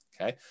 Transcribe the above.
okay